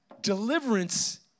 Deliverance